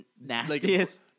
Nastiest